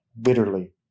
bitterly